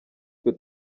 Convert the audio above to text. twe